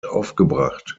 aufgebracht